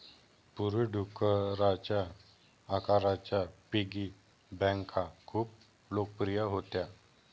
पूर्वी, डुकराच्या आकाराच्या पिगी बँका खूप लोकप्रिय होत्या